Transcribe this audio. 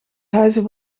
huizen